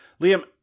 Liam